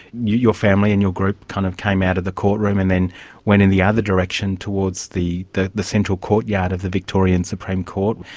your family and your group kind of came out of the courtroom, and then went in the other direction towards the the central courtyard of the victorian supreme court,